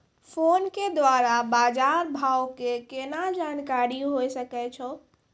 Phone के द्वारा बाज़ार भाव के केना जानकारी होय सकै छौ?